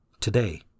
Today